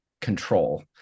control